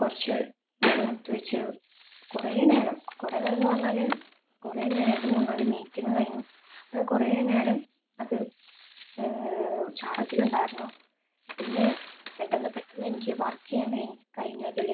കുറച്ചുനേരം കുത്തിവെച്ചു കുറേ നേരം കുറേ നേരമെന്ന് പറഞ്ഞാല് കുറേ നേരം എന്റെ മൂന്നുനാല് മീറ്റിങ് കഴിഞ്ഞു അങ്ങനെ കുറേ നേരം അത് ചാർജിലുണ്ടായിരുന്നു പിന്നെ പെട്ടെന്ന് പെട്ടെന്ന് എനിക്ക് വർക്ക് ചെയ്യാൻ കഴിഞ്ഞു അതില്